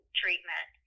treatment